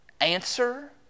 Answer